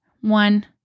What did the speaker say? One